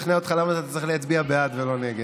לשכנע אותך למה אתה צריך להצביע בעד ולא נגד.